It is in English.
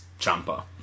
Champa